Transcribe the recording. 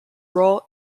role